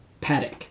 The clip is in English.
paddock